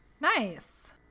Nice